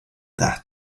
death